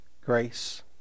grace